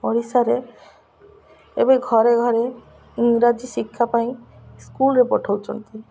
ଓଡ଼ିଶାରେ ଏବେ ଘରେ ଘରେ ଇଂରାଜୀ ଶିକ୍ଷା ପାଇଁ ସ୍କୁଲରେ ପଠାଉଛନ୍ତି